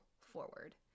forward